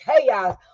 chaos